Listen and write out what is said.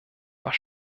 was